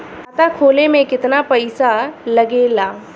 खाता खोले में कितना पईसा लगेला?